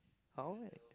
how